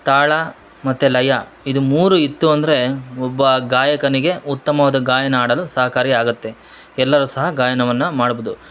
ತಾಳ ಮತ್ತು ಲಯ ಇದು ಮೂರು ಇತ್ತು ಅಂದರೆ ಒಬ್ಬ ಗಾಯಕನಿಗೆ ಉತ್ತಮವಾದ ಗಾಯನ ಹಾಡಲು ಸಹಕಾರಿ ಆಗತ್ತೆ ಎಲ್ಲರೂ ಸಹ ಗಾಯನವನ್ನ ಮಾಡ್ಬೊದು